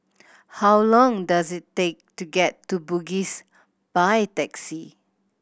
how long does it take to get to Bugis by taxi